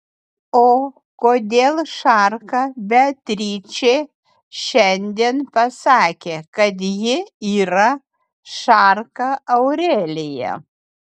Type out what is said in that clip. o kodėl šarka beatričė šiandien pasakė kad ji yra šarka aurelija